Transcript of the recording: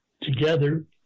together